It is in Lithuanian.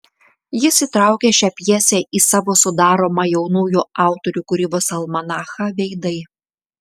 jis įtraukė šią pjesę į savo sudaromą jaunųjų autorių kūrybos almanachą veidai